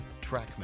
Trackman